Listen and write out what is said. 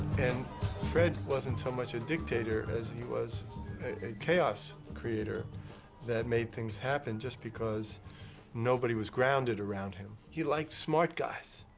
and fred wasn't so much a dictator as he was a chaos creator that made things happen just because nobody was grounded around him. he liked smart guys,